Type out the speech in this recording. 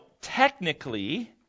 technically